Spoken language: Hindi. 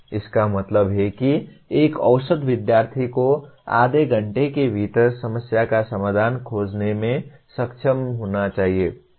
इसका मतलब है कि एक औसत विद्यार्थी को आधे घंटे के भीतर समस्या का समाधान खोजने में सक्षम होना चाहिए